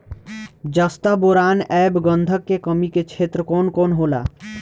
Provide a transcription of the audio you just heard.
जस्ता बोरान ऐब गंधक के कमी के क्षेत्र कौन कौनहोला?